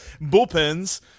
bullpens